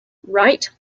wright